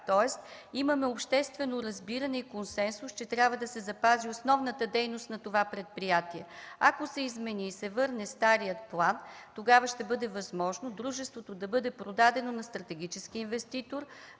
Тоест имаме обществено разбиране и консенсус, че трябва да се запази основната дейност на това предприятие. Ако се измени и се върне старият план, тогава ще бъде възможно дружеството да бъде продадено на стратегически инвеститор.